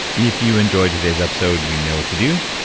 if you enjoyed today's episode, you know what to do.